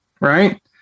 right